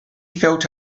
felt